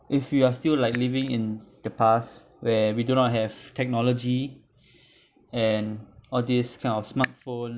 if we are still like living in the past where we do not have technology and all these kind of smartphone